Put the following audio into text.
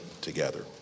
together